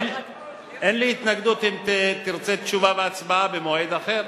אין לי התנגדות אם תרצה תשובה והצבעה במועד אחר.